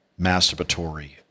masturbatory